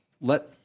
Let